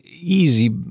easy